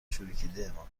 چروکیدهمان